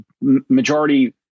majority